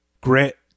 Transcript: grit